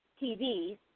TV's